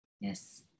Yes